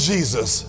Jesus